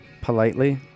Politely